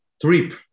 trip